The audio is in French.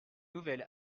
nouvelle